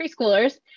Preschoolers